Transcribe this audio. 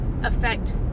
affect